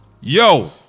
Yo